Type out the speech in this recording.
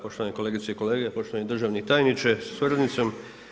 Poštovane kolegice i kolege, poštovani državni tajniče sa suradnicom.